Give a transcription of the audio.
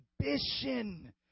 ambition